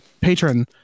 patron